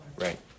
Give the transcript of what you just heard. right